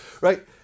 right